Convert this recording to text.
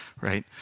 right